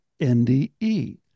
NDE